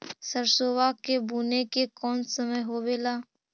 सरसोबा के बुने के कौन समय होबे ला?